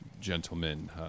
gentlemen